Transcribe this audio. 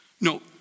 No